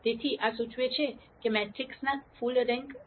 તેથી આ સૂચવે છે કે મેટ્રિક્સ ફુલ રેન્ક છે